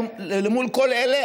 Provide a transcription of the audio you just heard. למול כל אלה,